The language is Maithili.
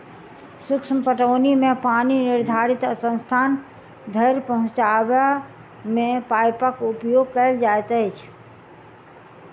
सूक्ष्म पटौनी मे पानि निर्धारित स्थान धरि पहुँचयबा मे पाइपक उपयोग कयल जाइत अछि